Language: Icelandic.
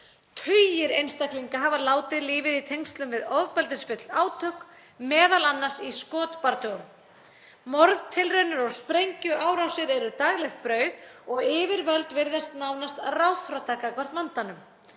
Tugir einstaklinga hafa látið lífið í tengslum við ofbeldisfull átök, m.a. í skotbardögum. Morðtilraunir og sprengjuárásir eru daglegt brauð og yfirvöld virðast nánast ráðþrota gagnvart vandanum.